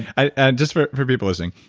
ah and just for for people listening,